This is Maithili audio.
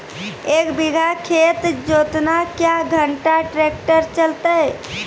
एक बीघा खेत जोतना क्या घंटा ट्रैक्टर चलते?